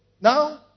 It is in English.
Now